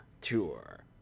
Tour